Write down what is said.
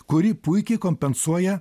kuri puikiai kompensuoja